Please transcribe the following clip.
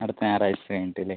അടുത്ത ഞായറാഴ്ചയും ഉണ്ട് ഇല്ലെ